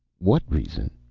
what reason?